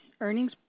earnings